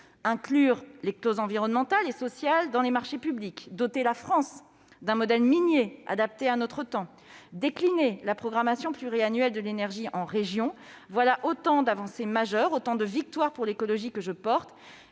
inclure les causes environnementales et sociales dans les marchés publics, doter la France d'un modèle minier adapté à notre temps, décliner la programmation pluriannuelle de l'énergie dans les régions ... Ce sont autant d'avancées majeures, autant de victoires pour l'écologie que je porte.